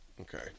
Okay